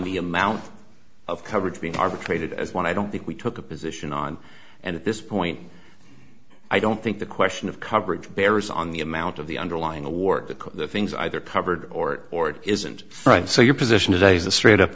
the amount of coverage being arbitrated as one i don't think we took a position on and at this point i don't think the question of coverage bears on the amount of the underlying award the things either covered or or it isn't right so your position today is a straight up